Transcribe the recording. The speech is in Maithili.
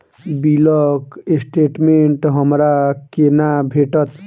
बिलक स्टेटमेंट हमरा केना भेटत?